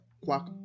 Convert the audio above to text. quack